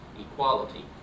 equality